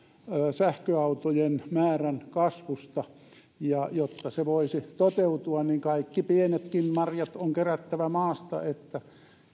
sähköautojen määrän kasvusta ja jotta se voisi toteutua niin kaikki pienetkin marjat on kerättävä maasta niin että